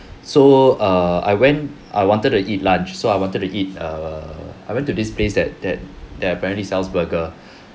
so err I went I wanted to eat lunch so I wanted to eat err I went to this place that that that apparently sells burger